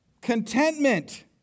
Contentment